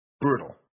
Brutal